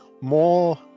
more